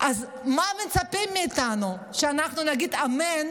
אז מה מצפים מאיתנו, שאנחנו נגיד אמן